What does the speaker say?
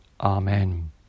Amen